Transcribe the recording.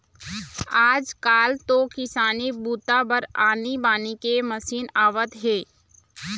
आजकाल तो किसानी बूता बर आनी बानी के मसीन आवत हे